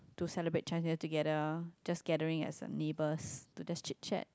to celebrate Chinese New Year together just gathering as a neighbours to just chit-chat